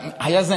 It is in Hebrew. היה זה,